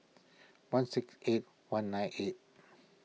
one six eight one nine eight